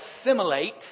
assimilate